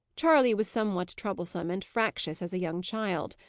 charley was somewhat troublesome and fractious as a young child,